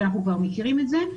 שאנחנו כבר מכירים את זה,